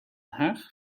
haag